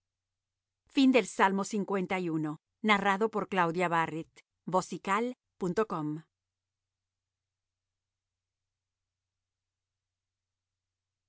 principal salmo de